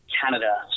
Canada